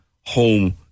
home